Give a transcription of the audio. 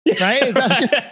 Right